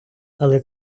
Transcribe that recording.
але